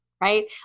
right